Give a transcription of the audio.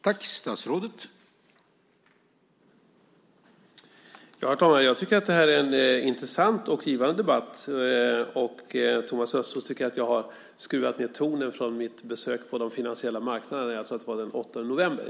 Herr talman! Jag tycker att detta är en intressant och givande debatt. Thomas Östros tycker att jag skruvat ned tonen från mitt besök på de finansiella marknaderna; jag tror det var den 8 november.